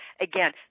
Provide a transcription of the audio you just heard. again